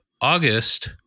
August